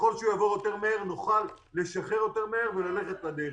ככל שהוא יעבור יותר מהר נוכל לשחרר יותר מהר וללכת בדרך.